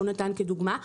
שהוא נתן כדוגמה,